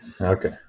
okay